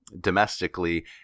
domestically